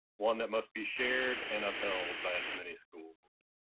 one that must be shared and upheld by its many schools.